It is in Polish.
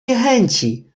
niechęci